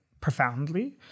profoundly